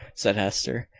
said hester.